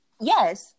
yes